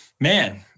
man